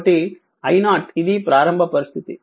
కాబట్టి I0 ఇది ప్రారంభ పరిస్థితి